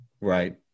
right